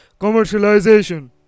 commercialization